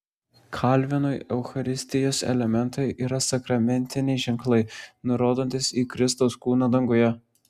kalvinui eucharistijos elementai yra sakramentiniai ženklai nurodantys į kristaus kūną danguje